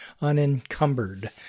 unencumbered